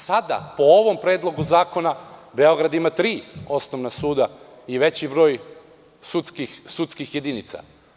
Sada, po ovom predlogu zakona, Beograd ima tri osnovna suda i veći broj sudskih jedinica.